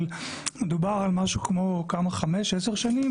אבל מדובר על משהו כמו חמש-עשר שנים,